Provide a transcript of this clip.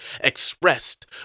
expressed